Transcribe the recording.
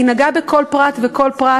היא נגעה בכל פרט ופרט.